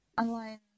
online